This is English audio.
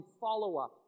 follow-up